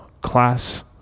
class